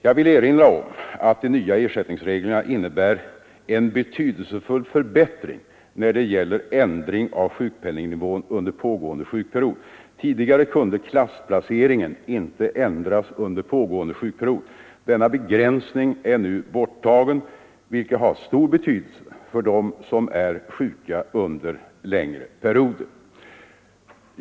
Jag vill erinra om att de nya ersättningsreglerna innebär en betydelsefull förbättring när det gäller ändring av sjukpenningnivån under pågående sjukperiod. Tidigare kunde klassplaceringen inte ändras under pågående sjukperiod. Denna begränsning är nu borttagen, vilket har stor betydelse för dem som är sjuka under längre perioder.